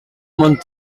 molt